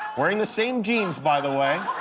wearing the same jeans, by the way.